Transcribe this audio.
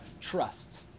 trust